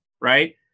right